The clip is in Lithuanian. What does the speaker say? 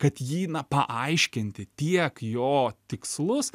kad jį na paaiškinti tiek jo tikslus